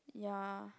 ya